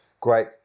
great